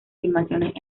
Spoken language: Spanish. filmaciones